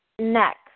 Next